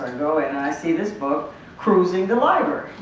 and go and i see this book cruising the library